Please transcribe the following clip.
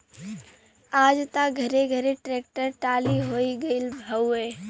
आज त घरे घरे ट्रेक्टर टाली होई गईल हउवे